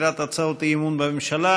יפעת שאשא ביטון ויוסי יונה,